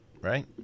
right